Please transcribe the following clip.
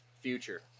Future